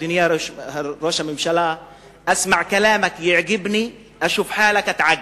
אדוני ראש הממשלה: "אסמע כלאמכ יעגבני אשוף חאלכ אתעגב".